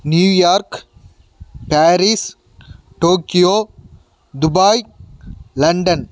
New York Paris Tokyo Dubai London